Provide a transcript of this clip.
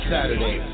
Saturday